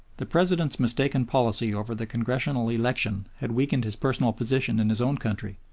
the president's mistaken policy over the congressional election had weakened his personal position in his own country,